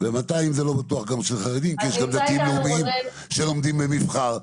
ו-200 זה לא בטוח גם שהם חרדים כי יש גם דתיים לאומיים שלומדים במבח"ר.